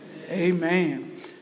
Amen